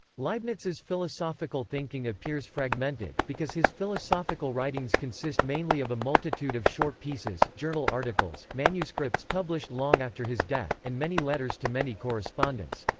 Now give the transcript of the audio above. leibniz's philosophical thinking appears fragmented, because his philosophical writings consist mainly of a multitude of short pieces journal articles, manuscripts published long after his death, and many letters to many correspondents.